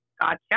Gotcha